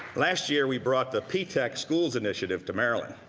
last year we brought the p-tech schools initiative to maryland,